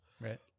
right